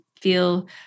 feel